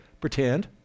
Pretend